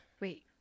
wait